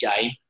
game